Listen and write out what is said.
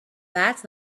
that’s